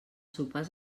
sopars